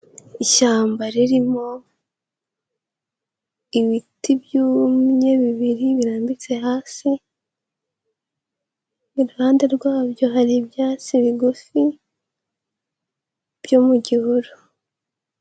Ishyamba ririmo ibiti byumye, bibiri birambitse hasi, iruhande rwabyo hari ibyatsi bigufi byo mu gihuru.